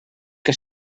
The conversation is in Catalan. que